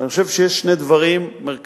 אני חושב שיש שני דברים מרכזיים.